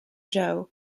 joe